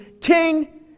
king